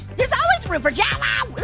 there's always room for jello. ooey,